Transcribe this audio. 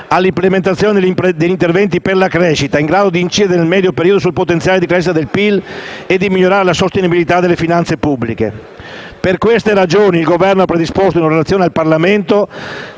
all'implementazione degli interventi per la crescita, in grado di incidere nel medio periodo sul potenziale di crescita del PIL e di migliorare la sostenibilità delle finanze pubbliche. Per queste ragioni, il Governo ha predisposto una Relazione al Parlamento,